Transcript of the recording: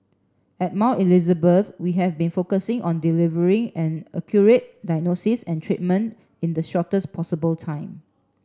at Mount Elizabeth we have been focusing on delivering an accurate diagnosis and treatment in the shortest possible time